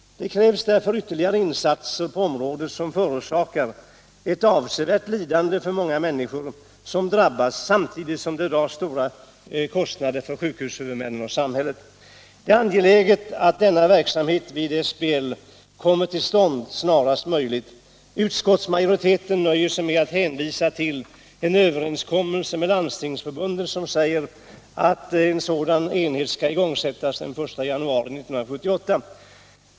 Det krävs ytterligare insatser för att motverka denna sjukdom, som förorsakar de människor som drabbas ett avsevärt lidande och som åsamkar sjukvårdshuvudmännen och samhället stora kostnader. Det är angeläget att denna verksamhet vid SBL kommer till stånd snarast möjligt. Utskottsmajoriteten nöjer sig med att hänvisa till en överenskommelse med Landstingsförbundet som säger att en sådan enhet skall igångsättas från den 1 januari 1978.